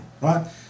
right